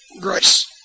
grace